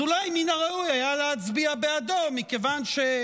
אז אולי מן הראוי היה להצביע בעדו, כי א.